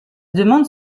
demande